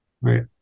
Right